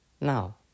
Now